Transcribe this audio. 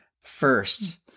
first